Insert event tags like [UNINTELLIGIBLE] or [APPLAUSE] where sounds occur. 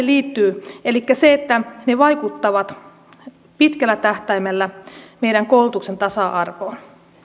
[UNINTELLIGIBLE] liittyy se että ne vaikuttavat pitkällä tähtäimellä meidän koulutuksen tasa arvoon